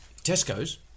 Tesco's